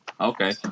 Okay